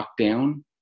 lockdown